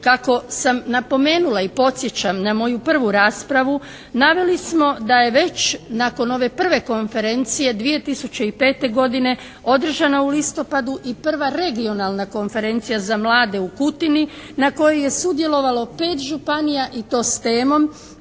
Kako sam napomenula i podsjećam na moju prvu raspravu naveli smo da je već nakon ove prve konferencije 2005. godine održana u listopadu i prva regionalna konferencija za mlade u Kutini na kojoj je sudjelovalo 5 županija i to s temom